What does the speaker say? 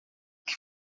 que